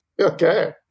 Okay